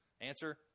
Answer